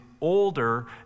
older